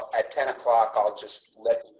at ten o'clock. i'll just let